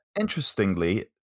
interestingly